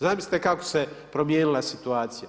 Zamislite kako se promijenila situacija.